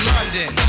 London